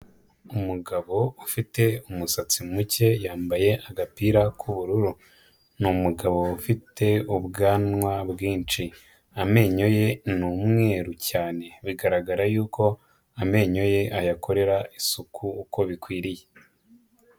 Umugabo ufite umusatsi muke yambaye agapira k'ubururu ni umugabo ufite ubwanwa bwinshi amenyo ye ni umweru cyane bigaragara yuko amenyo ye ayakorera isuku uko bikwiriye.